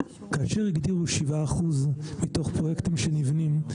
כאשר הגדירו 7% מתוך פרויקטים שנבנים,